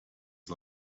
his